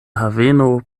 haveno